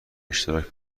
اشتراک